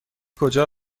کجا